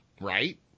right